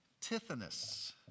Tithonus